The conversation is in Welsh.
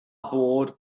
bod